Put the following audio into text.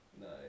Nice